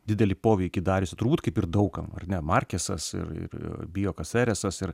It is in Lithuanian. didelį poveikį dariusi turbūt kaip ir daug kam ar ne markesas ir ir bijokas eresas ir